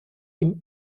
ihm